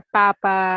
papa